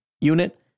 unit